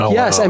yes